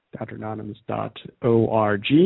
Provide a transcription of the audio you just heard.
DrAnonymous.org